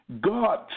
God